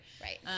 Right